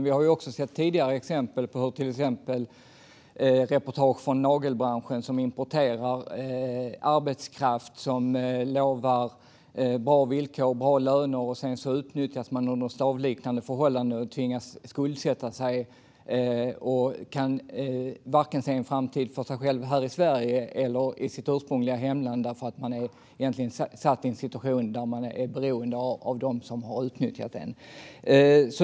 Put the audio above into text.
Vi har sett tidigare exempel i reportage från nagelbranschen, där man importerar arbetskraft som utlovas bra villkor och bra löner men som sedan utnyttjas under slavliknande förhållanden och tvingas skuldsätta sig. De kan inte se en framtid för sig själva vare sig här i Sverige eller i det ursprungliga hemlandet därför att de försätts i en situation där de är beroende av dem som har utnyttjat dem.